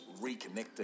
reconnecting